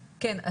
כן,